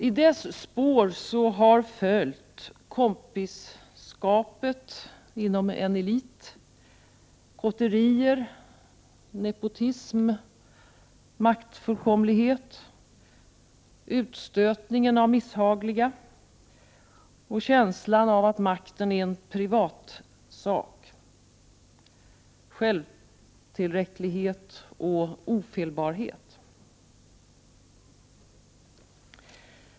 I spåren har följt kompisskapet inom en elit, kotterier, nepotism, maktfullkomlighet, utstötning av misshagliga och känslan av att makten är en privatsak — självtillräcklighet och ofelbarhet.